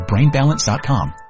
brainbalance.com